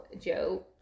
Joe